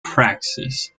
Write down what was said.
praxis